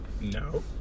No